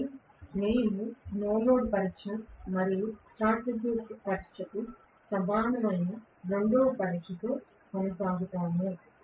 కాబట్టి మేము no load పరీక్ష మరియు షార్ట్ సర్క్యూట్ పరీక్షకు సమానమైన రెండవ పరీక్షతో కొనసాగుతాము